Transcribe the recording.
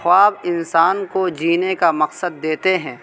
خواب انسان کو جینے کا مقصد دیتے ہیں